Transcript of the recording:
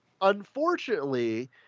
unfortunately